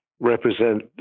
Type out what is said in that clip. represent